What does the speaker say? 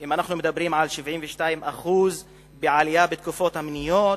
אם אנחנו מדברים על 72% עלייה בתקיפות המיניות,